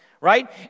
Right